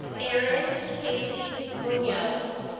erin casey munoz.